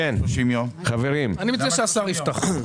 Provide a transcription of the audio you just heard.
אני מציע שהשר יפתח.